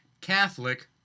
Catholic